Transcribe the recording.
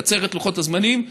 לקצר את לוחות הזמנים.